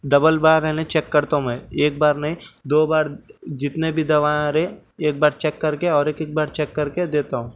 double بار ہے نا چیک کرتا ہوں میں ایک بار نہیں دو بار جتنے بھی دوائیاں رہے ایک بار چیک کر کے اور ایک ایک بار چیک کر کے دیتا ہوں